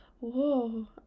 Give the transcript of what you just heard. Whoa